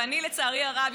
לצערי הרב,